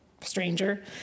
stranger